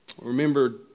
Remember